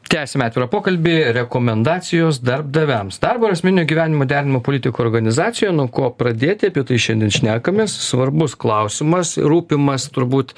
tęsiame atvirą pokalbį rekomendacijos darbdaviams darbo ir asmeninio gyvenimo derinimo politika organizacijoje nuo ko pradėti apie tai šiandien šnekamės svarbus klausimas rūpimas turbūt